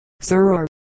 sir